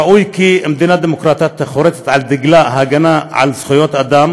ראוי כי מדינה דמוקרטית החורטת על דגלה הגנה על זכויות אדם